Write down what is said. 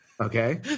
Okay